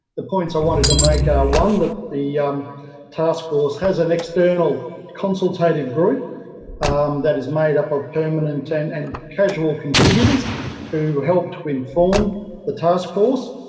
the points i wanted to make are that the um taskforce has an external consultative group that is made up of permanent and and casual contributors who helped to inform the taskforce.